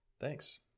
Thanks